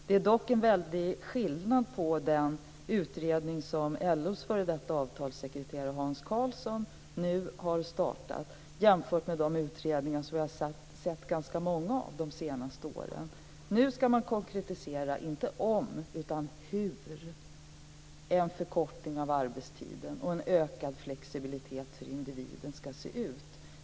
Det är dock en stor skillnad mellan den utredning som LO:s före detta avtalssekreterare Hans Karlsson nu har startat och de utredningar som vi har sett ganska många av de senaste åren. Nu ska man konkretisera inte om, utan hur, en förkortning av arbetstiden och en ökad flexibilitet för individen ska se ut.